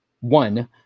one